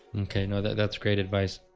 okay, no that's great advice,